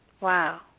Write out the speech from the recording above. Wow